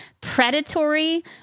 predatory